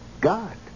god